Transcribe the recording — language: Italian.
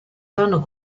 fanno